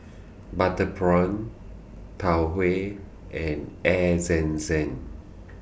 Butter Prawn Tau Huay and Air Zam Zam